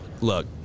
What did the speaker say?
look